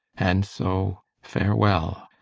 and so farewell,